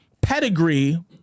pedigree